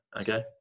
Okay